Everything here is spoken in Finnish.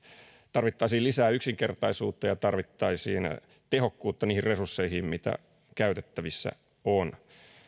tarvittaisiin lisää yksinkertaisuutta ja tarvittaisiin tehokkuutta niihin resursseihin mitä käytettävissä on